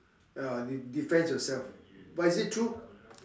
uh defense yourself but is it true